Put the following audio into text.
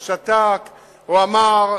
או שתק או אמר.